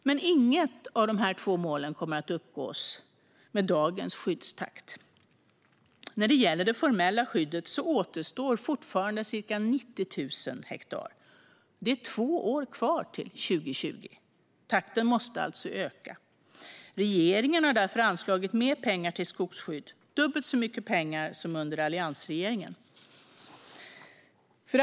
Men inget av de två målen kommer att uppnås med dagens skyddstakt. När det gäller det formella skyddet återstår fortfarande ca 90 000 hektar. Det är två år kvar till 2020. Takten måste alltså öka. Regeringen har därför anslagit mer pengar till skogsskydd, det vill säga dubbelt så mycket pengar som under alliansregeringens tid.